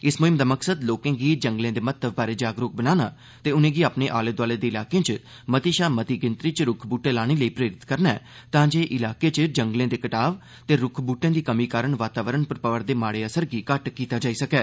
इस मुहिम दा मकसद लोकें गी जंगले दे महतव बारै जागरूक बनाना ते उनेंगी अपने आले दोआले दे इलाके च मती शा मती गिनतरी च रूख ब्हूटे लाने लेई प्रेरित करना ऐ तां जे इलाके च जंगले दे कटाव ते रूख ब्हूटें दी कमी कारण वातावरण पर पवा करदे माड़े असर गी घट्ट कीता जाई सकै